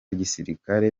gisirikare